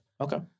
Okay